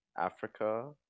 africa